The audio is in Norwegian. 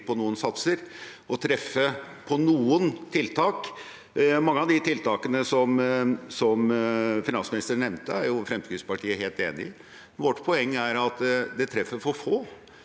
på noen satser og treffe på noen tiltak. Mange av de tiltakene som finansministeren nevnte, er Fremskrittspartiet helt enig i. Vårt poeng er at det treffer for få,